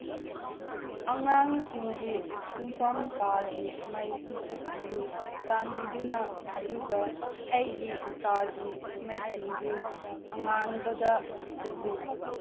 ꯑꯉꯥꯡꯁꯤꯡꯒꯤ ꯇꯨꯝꯐꯝ ꯀꯥꯒꯤ ꯃꯩ ꯃꯨꯊꯠꯄꯤꯌꯨ ꯆꯥꯟꯕꯤꯗꯨꯅ ꯑꯗꯨꯒ ꯑꯩꯒꯤ ꯀꯥꯒꯤ ꯃꯩꯁꯤꯡꯗꯨ ꯑꯉꯥꯟꯕꯗ ꯁꯤꯜꯂꯨ